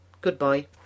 goodbye